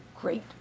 great